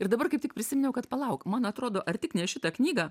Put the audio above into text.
ir dabar kaip tik prisiminiau kad palauk man atrodo ar tik ne šitą knygą